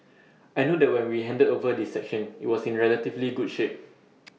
I know that when we handed over this section IT was in relatively good shape